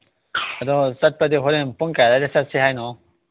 ꯑꯗꯣ ꯆꯠꯄꯗꯤ ꯍꯣꯔꯦꯟ ꯄꯨꯡ ꯀꯌꯥ ꯑꯗ꯭ꯋꯥꯏꯗ ꯆꯠꯁꯤ ꯍꯥꯏꯅꯣ